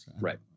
right